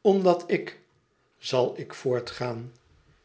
omdat ik zal ik voortgaan